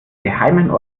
geheimen